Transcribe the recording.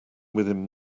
within